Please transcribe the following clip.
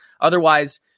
Otherwise